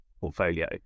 portfolio